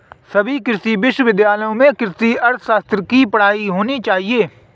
सभी कृषि विश्वविद्यालय में कृषि अर्थशास्त्र की पढ़ाई होनी चाहिए